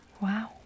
Wow